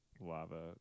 lava